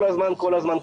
כל הזמן,